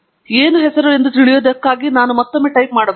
ಆ ಹೆಸರಿನ ಯಾವುವು ಎಂದು ತಿಳಿಯುವುದಕ್ಕಾಗಿ ಮತ್ತೊಮ್ಮೆ ನಾವು ಟೈಪ್ ಮಾಡುತ್ತೇವೆ